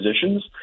positions